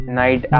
night